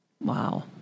Wow